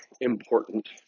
important